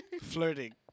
Flirting